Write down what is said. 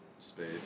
space